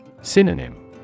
Synonym